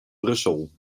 brussel